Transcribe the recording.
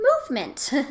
Movement